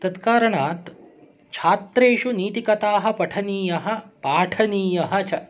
तत्कारणात् छात्रेषु नीतिकथाः पठनीयाः पाठनीयाः च